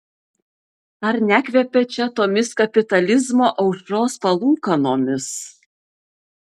ar nekvepia čia tomis kapitalizmo aušros palūkanomis